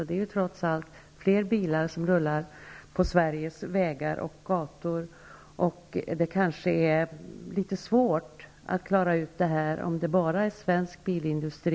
Det är ju trots allt även andra bilar som rullar på Sveriges vägar och gator, och det är kanske litet svårt att klara ut detta med enbart svensk bilindustri.